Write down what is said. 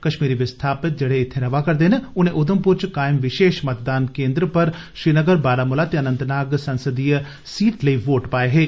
कष्मीरी विस्थापित जेहड़े इत्थें रवा'रदे न उनें उधमपुर च कायम विषेश मतदान केन्द्र उप्पर श्रीनगर बारामुला ते अनंतनाग संसदीय सीट लेई वोट पाए हे